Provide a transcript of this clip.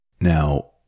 Now